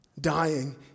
dying